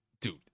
dude